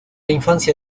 infancia